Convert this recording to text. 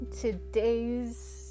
today's